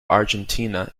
argentina